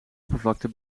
oppervlakte